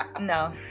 No